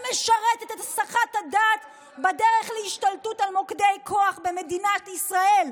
שמשרתת את הסחת הדעת בדרך להשתלטות על מוקדי כוח במדינת ישראל,